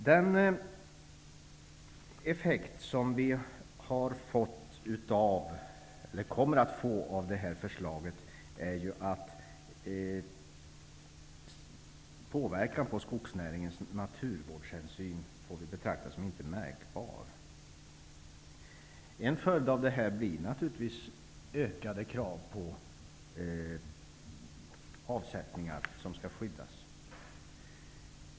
Den effekt vi kommer att få av detta förslag är att påverkan på skogsnäringen ur naturvårdshänsyn är att betrakta som icke märkbar. En följd av det här blir naturligtvis ökade krav på avsättningar som skall skyddas.